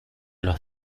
los